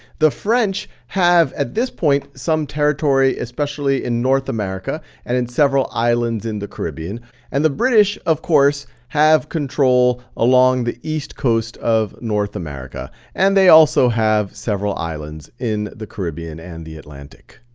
the french have at this point some territory, especially in north america and in several islands in the caribbean and the british, of course, have control along the east coast of north america. and they also have several islands in the caribbean and the atlantic.